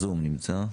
אורחים?